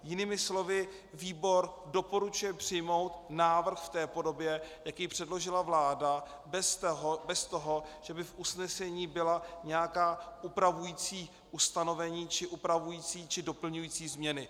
Jinými slovy, výbor doporučuje přijmout návrh v té podobě, jak jej předložila vláda, bez toho, že by v usnesení byla nějaká upravující ustanovení či upravující či doplňující změny.